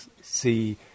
see